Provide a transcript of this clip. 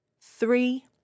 three